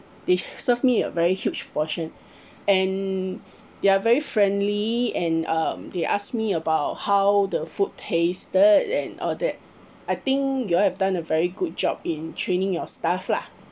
they serve me a very huge portion and they are very friendly and um they ask me about how the food tasted and all that I think you all have done a very good job in training your staff lah